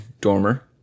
Dormer